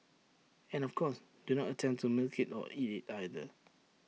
and of course do not attempt to milk IT or eat IT either